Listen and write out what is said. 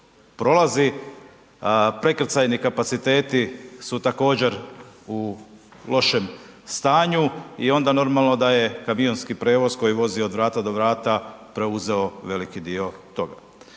prolazi. Prekrcajni kapaciteti su također u lošem stanju i onda normalno da je kamionski prijevoz koji vozi od vrata do vrata preuzeo veliki dio toga.